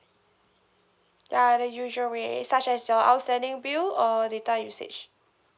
ya the usual way such as your outstanding bill or data usage